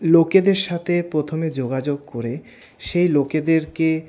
লোকেদের সাথে প্রথমে যোগাযোগ করে সেই লোকেদেরকে